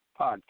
podcast